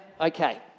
okay